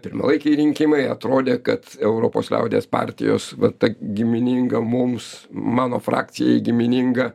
pirmalaikiai rinkimai atrodė kad europos liaudies partijos va ta gimininga mums mano frakcijai gimininga